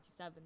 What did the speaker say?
1997